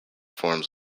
forms